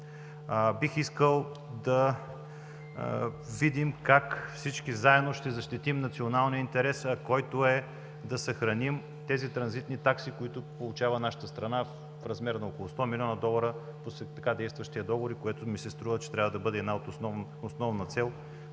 Бих искал да видим как всички заедно ще защитим националния интерес – да съхраним транзитните такси, които получава нашата страна в размер на около 100 милиона долара по така действащия договор, което, струва ми се, трябва да бъде основна цел